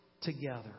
together